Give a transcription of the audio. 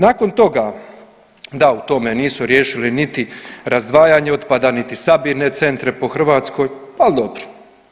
Nakon toga, da u tome nisu riješili niti razdvajanje otpada, niti sabirne centre po Hrvatskoj ali dobro.